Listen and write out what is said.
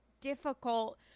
difficult